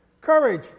Courage